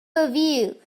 review